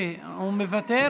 הוא מוותר?